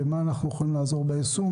ואיך אנחנו יכולים לעזור ביישום.